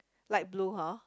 light blue [huh]